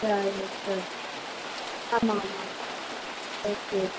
ஆமாம் ஆமாம் ஓகே